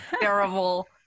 terrible